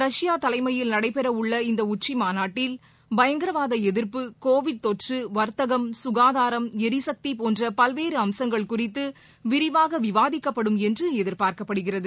Russia தலைமையில் நடைபெற உள்ள இந்த உச்சி மாநாட்டில் பயங்கரவாத எதிர்ப்பு கோவிட் தொற்று வர்த்தகம் ககாதாரம் எரிசக்தி போன்ற பல்வேறு அம்சங்கள் குறித்து விரிவாக விவாதிக்கப்படும் என்று எதிர்பார்க்கப்படுகிறது